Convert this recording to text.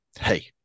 hey